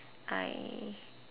I